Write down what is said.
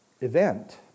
event